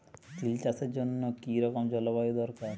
তিল চাষের জন্য কি রকম জলবায়ু দরকার?